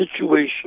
situation